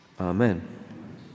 Amen